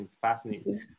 Fascinating